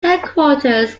headquarters